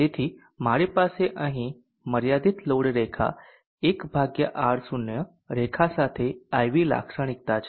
તેથી મારી પાસે અહીં મર્યાદિત લોડ રેખા 1 R0 રેખા સાથે IV લાક્ષણિકતા છે